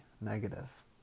negative